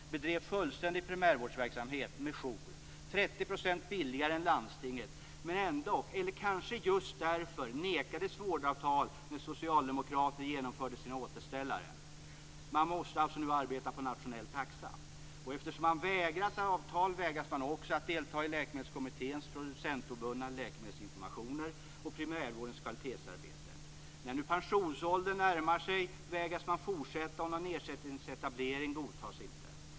De bedrev fullständig primärvårdsverksamhet med jour 30 % billigare än landstinget, men ändock - eller kanske just därför - har de nekats vårdavtal när socialdemokraterna genomförde sina återställare. De måste nu arbeta på nationell taxa. Eftersom man vägrats avtal vägras man också att delta i läkemedelskommitténs producentobundna läkemedelsinformationer och primärvårdens kvalitetsarbete. När nu pensionsåldern närmar sig för vissa vägras de att fortsätta, och någon ersättningsetablering godtas inte.